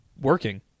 working